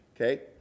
Okay